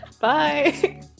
Bye